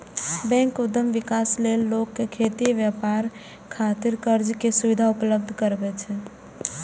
bank उद्यम विकास लेल लोक कें खेती, व्यापार खातिर कर्ज के सुविधा उपलब्ध करबै छै